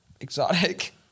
exotic